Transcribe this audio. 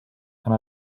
and